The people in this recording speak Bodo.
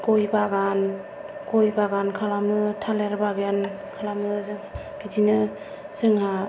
गय बागान गय बागान खालामो थालिर बागान खालामो जों बिदिनो जोंहा